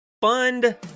Fund